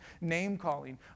name-calling